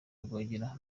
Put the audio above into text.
rwogera